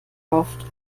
kauft